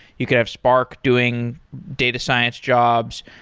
you could have spark doing data science jobs,